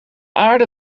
aarde